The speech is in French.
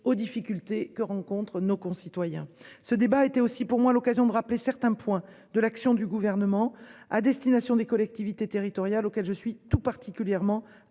aux difficultés que rencontrent nos concitoyens ce débat était aussi pour moi l'occasion de rappeler certains points de l'action du gouvernement à destination des collectivités territoriales, auxquelles je suis tout particulièrement